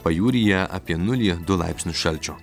pajūryje apie nulį du laipsnius šalčio